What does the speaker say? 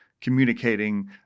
communicating